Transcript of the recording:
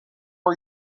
are